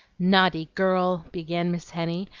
naughty girl! began miss henny,